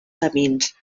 camins